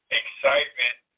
excitement